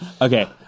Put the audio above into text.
Okay